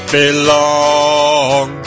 belong